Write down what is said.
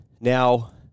Now